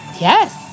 Yes